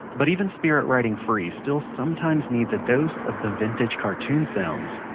but even spirit riding free still sometimes needs a dose of the vintage cartoon sounds